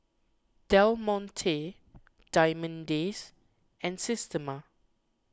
Del Monte Diamond Days and Systema